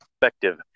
perspective